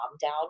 down